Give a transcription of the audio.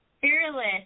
fearless